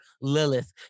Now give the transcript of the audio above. Lilith